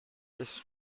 this